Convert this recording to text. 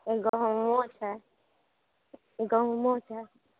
गहूॅंमो छै गहूॅंमो छै